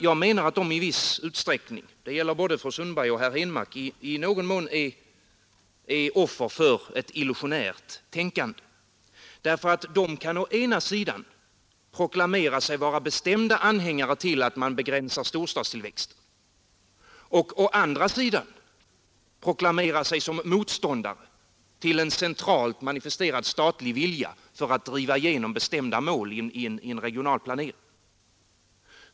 Jag menar att de i viss utsträckning — det gäller både fru Sundberg och herr Henmark — är offer för ett illusionärt tänkande. De kan å ena sidan proklamera sig vara bestämda anhängare till att man begränsar storstadstillväxten och å andra sidan proklamera sig som motståndare till en centralt manifesterad statlig vilja för att driva igenom bestämda mål i en regional planering.